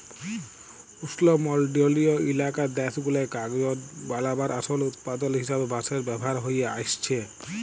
উস্লমলডলিয় ইলাকার দ্যাশগুলায় কাগজ বালাবার আসল উৎপাদল হিসাবে বাঁশের ব্যাভার হঁয়ে আইসছে